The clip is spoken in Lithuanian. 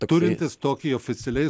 turintis tokį oficialiai